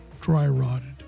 dry-rotted